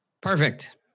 perfect